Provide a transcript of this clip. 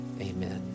Amen